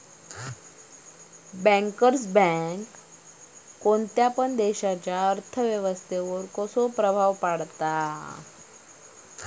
Bankers bank कोणत्या पण देशाच्या अर्थ व्यवस्थेवर कसो प्रभाव पाडता?